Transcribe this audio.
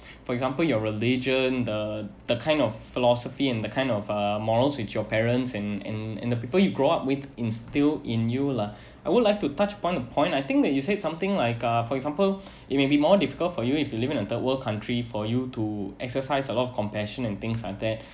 for example your religion the the kind of philosophy in the kind of uh morals with your parents and and and the people you grow up with instil in you lah I would like to touch point to point I think that you said something like uh for example you may be more difficult for you if you live in a third world country for you to exercise a lot of compassion and things like that